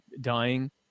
dying